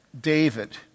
David